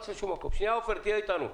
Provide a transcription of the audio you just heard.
עופר, תהיה אתנו.